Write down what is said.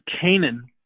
Canaan